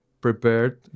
prepared